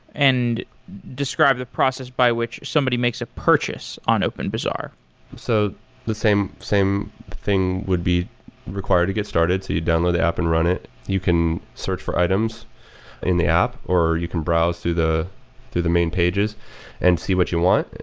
and describe the process by which somebody makes a purchase on openbazaar so the same same thing would be required to get started. you download the app and run it. you can search for item so in the app, or you can browse through the through the main pages and see what you want.